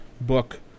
book